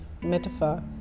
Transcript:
metaphor